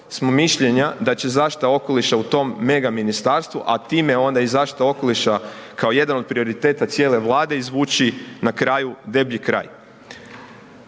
smo mišljenja da će zaštita okoliša u tom mega ministarstvu a time onda i zaštita okoliša kao jedan od prioriteta cijele Vlade, izvući na kraju deblji kraj.